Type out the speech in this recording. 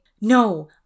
No